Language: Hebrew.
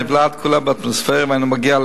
נבלעת כולה באטמוספירה ואינה מגיעה,